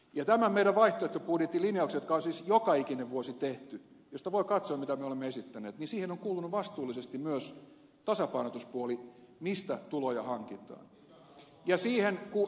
ja tähän meidän vaihtoehtobudjettilinjaukseemme joka on siis joka ikinen vuosi tehty josta voi katsoa mitä olemme esittäneet on kuulunut vastuullisesti myös tasapainotuspuoli mistä tuloja hankitaan